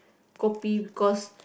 kopi because